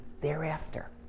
thereafter